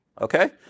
Okay